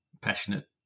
passionate